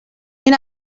این